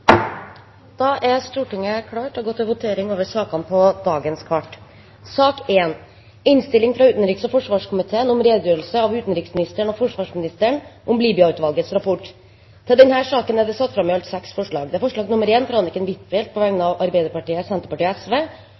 Da er Stortinget klar til å gå til votering over sakene på dagens kart. Under debatten er det satt fram i alt seks forslag. Det er forslag nr. 1, fra Anniken Huitfeldt på vegne av Arbeiderpartiet, Senterpartiet og